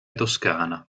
toscana